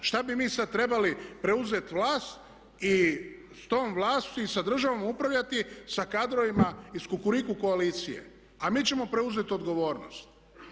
Šta bi mi sada trebali preuzeti vlast i sa tom vlasti i sa državom upravljati sa kadrovima iz kukuriku koalicije a mi ćemo preuzeti odgovornost.